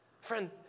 Friend